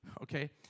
Okay